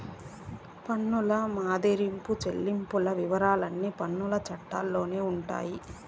పన్నుల మదింపు చెల్లింపుల వివరాలన్నీ పన్నుల చట్టాల్లోనే ఉండాయి